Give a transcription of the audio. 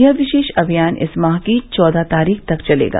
यह विशेष अभियान इस माह की चौदह तारीख तक चलेगा